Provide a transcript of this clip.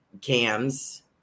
cams